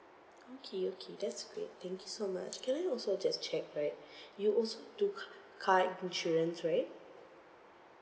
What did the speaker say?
okay okay that's great thank you so much can I also just check right you also do c~ car insurance right